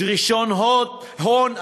דרישות הון,